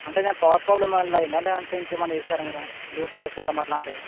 అంటే power problem ఏమన్న అయ్యిందా లేదంటే ఇంకా ఏమన్న చేసారా మీరు యూజ్ చేయకపోవడం అలాంటివి